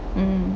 mm